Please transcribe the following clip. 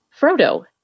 Frodo